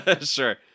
Sure